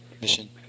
mission